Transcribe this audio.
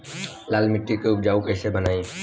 लाल मिट्टी के उपजाऊ कैसे बनाई?